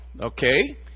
okay